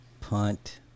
punt